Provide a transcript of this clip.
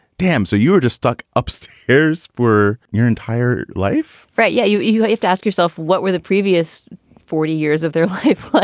damn. so you're just stuck upstairs for your entire life right. yeah. you know, if to ask yourself, what were the previous forty years of their life?